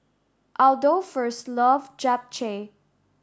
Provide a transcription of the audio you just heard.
Adolphus love Japchae